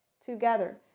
together